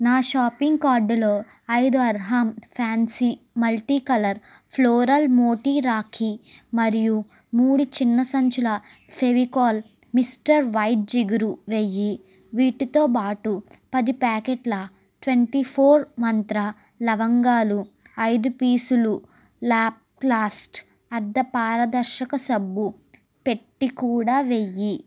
నా షాపింగ్ కార్టులో ఐదు Arham fancy multi colour floral మోతీ రాఖీ మరియు మూడు చిన్న సంచుల ఫెవికాల్ మిస్టర్ వైట్ జిగురు వేయి వీటితో పాటు పది ప్యాకెట్ల ట్వంటీ ఫోర్ మంత్ర లవంగాలు ఐదు పీసులు లాప్లాస్ట్ అర్ధపారదర్శక సబ్బు పెట్టె కూడా వేయి